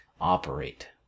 operate